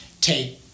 take